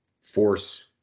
force